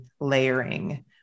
layering